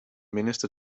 minister